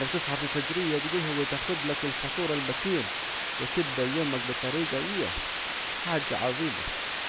انك تصحى في الفجرية اكده وتاخدلك الفطور المتين وتبدا يومك بطريجة ايه حاجة عظيمة